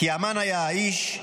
"כי אומן היה האיש,